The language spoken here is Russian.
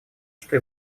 что